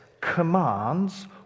commands